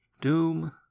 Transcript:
Doom